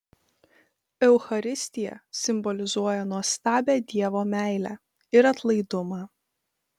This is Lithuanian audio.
eucharistija simbolizuoja nuostabią dievo meilę ir atlaidumą